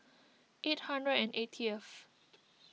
eight hundred and eightieth